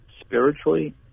spiritually